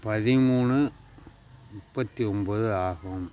பதிமூணு முப்பத்தி ஒன்போது ஆகும்